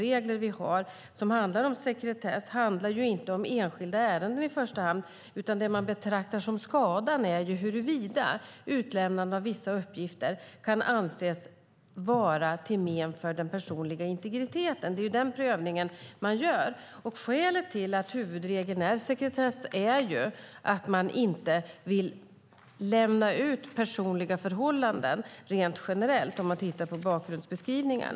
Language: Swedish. Reglerna för sekretess handlar inte i första hand om enskilda ärenden, utan om huruvida utlämnande av vissa uppgifter kan anses vara till men för den personliga integriteten. Det är den prövningen som sker. Huvudregeln om sekretess är en fråga om att inte rent generellt lämna ut information om personliga förhållanden.